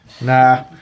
nah